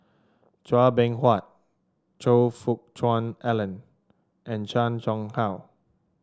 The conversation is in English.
Chua Beng Huat Choe Fook Cheong Alan and Chan Chang How